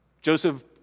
Joseph